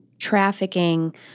trafficking